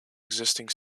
existing